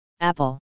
Apple